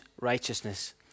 righteousness